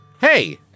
Hey